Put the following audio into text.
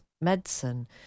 medicine